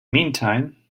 meantime